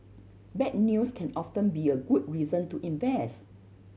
bad news can often be a good reason to invest